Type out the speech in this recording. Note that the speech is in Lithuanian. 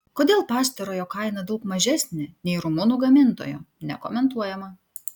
kodėl pastarojo kaina daug mažesnė nei rumunų gamintojo nekomentuojama